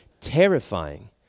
terrifying